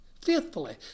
Faithfully